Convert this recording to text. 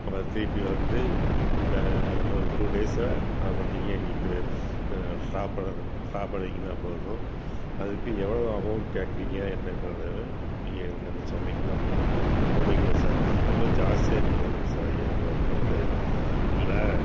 அப்புறம் திருப்பி வந்து இப்போ ஒரு டூ டேஸாக பார்த்தீங்க எங்களுக்கு ட்ராப் பண்ணணும் ட்ராப் பண்ணீங்கன்னா போதும் அதுக்கு எவ்வளவு அமௌண்ட் கேக்கிறீங்க என்னங்கிறதை வந்து நீங்கள் எங்கள்ட்ட சொன்னிங்கன்னா போதும் அப்படிங்களா சார் ரொம்ப ஜாஸ்தியாக இருக்குதுங்களே சார் ஐயாயிரம் ரூபாயிங்கிறது இல்லை